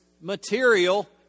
material